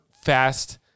fast